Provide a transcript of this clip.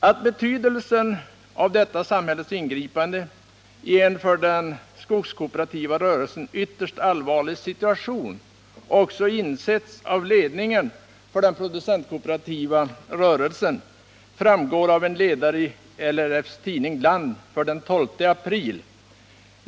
Att betydelsen av detta samhällets ingripande i en för den skogskooperativa rörelsen ytterst allvarlig situation också insetts av ledningen för denna rörelse framgår av en ledare i LRF:s tidning Land för den 12 april.